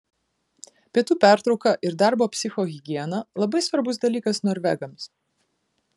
pietų pertrauka ir darbo psichohigiena labai svarbus dalykas norvegams